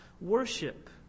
worship